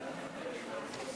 תודה רבה,